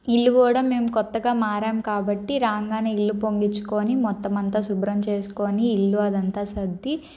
ఇల్లు కూడా మేము కొత్తగా మారినాం కాబట్టి రాగానే ఇల్లు పొంగించుకొని మొత్తం అంతా శుభ్రం చేసుకుని ఇల్లు అదంతా సర్ది